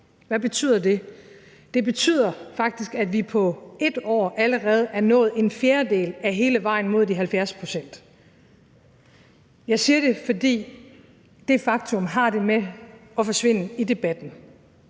Hvad betyder det? Det betyder faktisk, at vi på ét år allerede er nået en fjerdedel af hele vejen mod de 70 pct. Jeg siger det, fordi det faktum har det med at forsvinde i debatten